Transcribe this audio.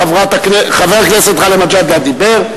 חבר הכנסת גאלב מג'אדלה דיבר.